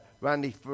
Randy